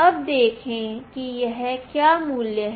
अब देखें कि यह क्या मूल्य है